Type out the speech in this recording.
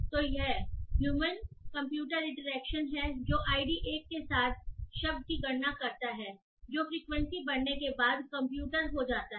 तो यह human computer interaction है जो आईडी 1 के साथ शब्द की गणना करता है जो फ्रीक्वेंसी बढ़ने के बाद कंप्यूटर हो जाता है